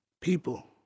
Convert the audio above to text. People